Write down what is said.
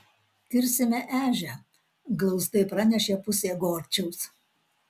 kirsime ežią glaustai pranešė pusė gorčiaus